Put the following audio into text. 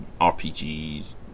RPGs